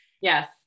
yes